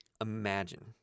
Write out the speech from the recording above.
imagine